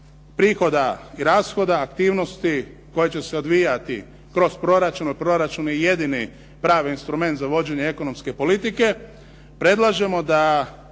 prihoda i rashoda aktivnosti koje će se odvijati kroz proračun jer proračun je jedini pravni instrument za vođenje ekonomske politike, predlažemo da